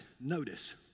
notice